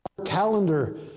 Calendar